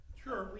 sure